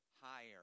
higher